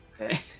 Okay